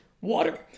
water